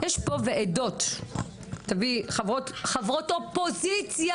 יש פה ועדות תביאי חברות אופוזיציה,